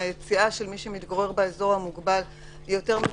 היציאה של מי שמתגורר באזור המוגבל היא יותר מצומצמת,